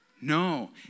No